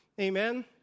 Amen